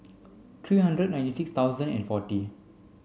three hundred ninety six thousand and forty